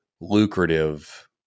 lucrative